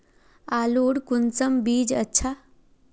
आलूर कुंसम बीज अच्छा?